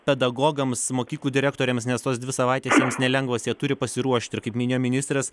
pedagogams mokyklų direktoriams nes tos dvi savaitės jiems nelengvos jie turi pasiruošt ir kaip minėjo ministras